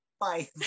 bye